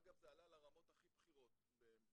אגב, זה עלה לרמות הכי בכירות במשרד.